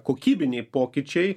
kokybiniai pokyčiai